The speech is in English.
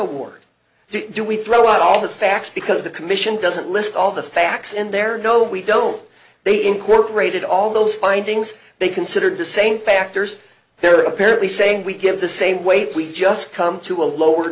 award do we throw out all the facts because the commission doesn't list all the facts in there no we don't they incorporated all those findings they considered the same factors they're apparently saying we give the same weight we just come to a lower